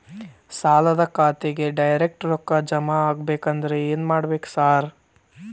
ಸಾಲದ ಖಾತೆಗೆ ಡೈರೆಕ್ಟ್ ರೊಕ್ಕಾ ಜಮಾ ಆಗ್ಬೇಕಂದ್ರ ಏನ್ ಮಾಡ್ಬೇಕ್ ಸಾರ್?